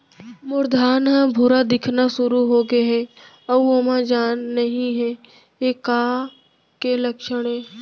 मोर धान ह भूरा दिखना शुरू होगे हे अऊ ओमा जान नही हे ये का के लक्षण ये?